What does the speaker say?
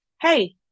hey